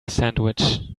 sandwich